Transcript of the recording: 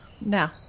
No